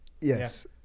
Yes